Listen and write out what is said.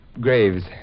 Graves